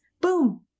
Boom